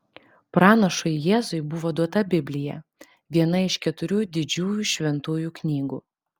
pranašui jėzui buvo duota biblija viena iš keturių didžiųjų šventųjų knygų